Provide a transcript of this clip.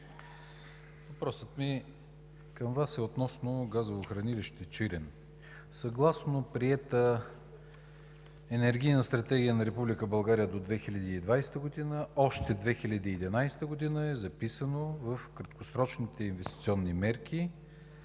Въпросът ми към Вас е относно газово хранилище „Чирен“. Съгласно приетата Енергийна стратегия на Република България до 2020 г. още 2011 г. е записано в краткосрочните инвестиционни мерки